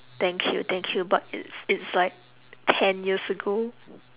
thank you thank you but it's it's like ten years ago